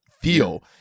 feel